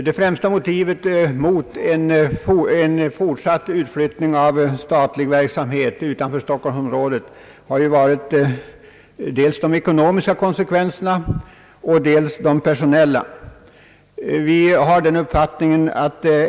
De främsta motiven mot en fortsatt utflyttning av statlig verksamhet har ju varit dels de ekonomiska och dels de personella konsekvenserna.